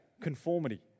conformity